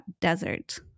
desert